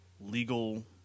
legal